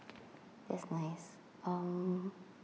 that's nice um